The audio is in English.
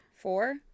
Four